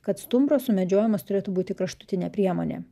kad stumbro sumedžiojimas turėtų būti kraštutinė priemonė